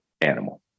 animal